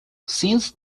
since